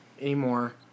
anymore